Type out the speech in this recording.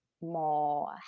more